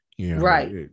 right